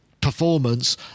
performance